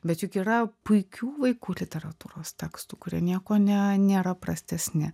bet juk yra puikių vaikų literatūros tekstų kurie niekuo ne nėra prastesni